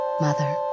mother